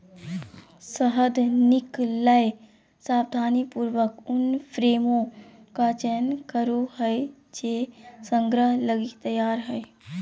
शहद निकलैय सावधानीपूर्वक उन फ्रेमों का चयन करो हइ जे संग्रह लगी तैयार हइ